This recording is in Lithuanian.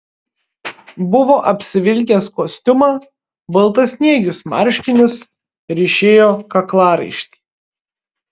buvo apsivilkęs kostiumą baltasniegius marškinius ryšėjo kaklaraištį